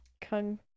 Kung